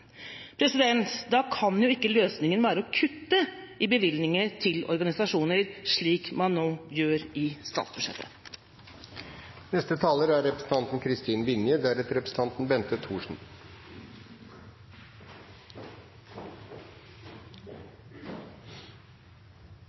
Da kan jo ikke løsninga være å kutte i bevilgninger til organisasjoner, slik man nå gjør i